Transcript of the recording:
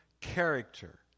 character